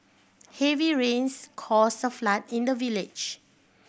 heavy rains caused a flood in the village